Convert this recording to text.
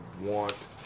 want